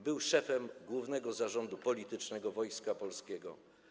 Był szefem Głównego Zarządu Politycznego Wojska Polskiego.